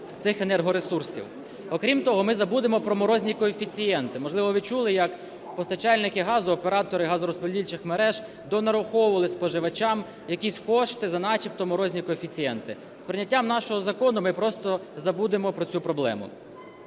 Крім того, ми забудемо про морозні коефіцієнти. Можливо, ви чули, як постачальники газу, оператори газорозподільчих мереж, донараховували споживачам якісь кошти за начебто морозні коефіцієнти. З прийняттям нашого закону ми просто забудемо про цю проблему.